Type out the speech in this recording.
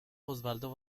osvaldo